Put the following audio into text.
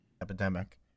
epidemic